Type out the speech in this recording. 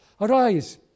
Arise